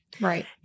Right